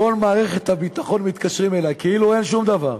כל מערכת הביטחון מתקשרים אלי, כאילו אין שום דבר,